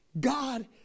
God